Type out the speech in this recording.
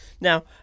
Now